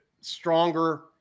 stronger